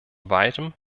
weitem